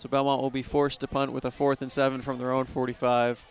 it's about will be forced upon with a fourth and seven from their own forty five